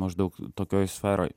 maždaug tokioj sferoj